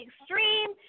extreme